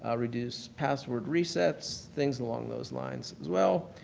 ah reduce password resets, things along those lines as well.